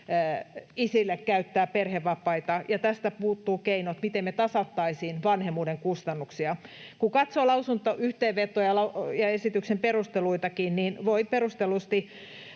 käyttää perhevapaita ja tästä puuttuvat keinot, miten me tasattaisiin vanhemmuuden kustannuksia. Kun katsoo lausuntoyhteenvetoa ja esityksen perusteluitakin, niin voi perustellusti